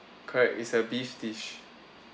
correct is a beef dish